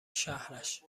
شهرش